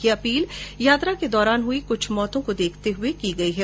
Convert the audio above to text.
यह अपील यात्रा के दौरान हुई कुछ मौतों को देखते हुए की गई है